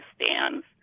stands